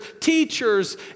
teachers